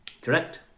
Correct